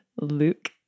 Luke